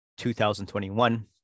2021